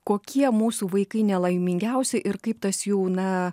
kokie mūsų vaikai nelaimingiausi ir kaip tas jų na